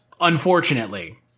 unfortunately